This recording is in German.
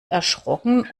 erschrocken